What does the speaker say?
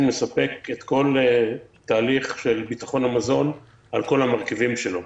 לספק את כל תהליך ביטחון המזון על כל המרכיבים שלו.